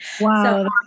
Wow